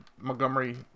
Montgomery